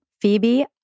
Phoebe